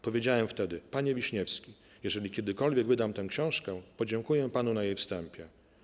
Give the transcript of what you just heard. Powiedziałem wtedy: 'Panie Wiśniewski, jeżeli kiedykolwiek wydam tę książkę, podziękuję panu na jej wstępie'